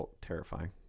terrifying